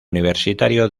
universitario